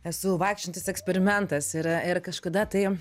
esu vaikščiojantis eksperimentas ir a ir kažkada tai